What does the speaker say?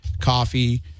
coffee